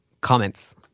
comments